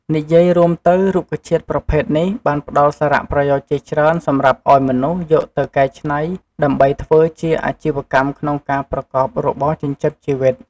និយាយរួមទៅរុក្ខជាតិប្រភេទនេះបានផ្ដល់សារៈប្រយោជន៍ជាច្រើន សម្រាប់ឱ្យមនុស្ស យកទៅកែច្នៃដើម្បីធ្វើជាអាជីវកម្មក្នុងការប្រកបរបរចិញ្ចឹមជីវិត។